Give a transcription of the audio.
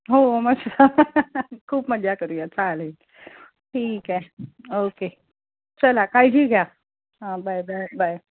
हो मस्त खूप मजा करूया चालेल ठीक आहे ओके चला काळजी घ्या हां बाय बाय बाय